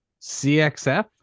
CxF